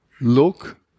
look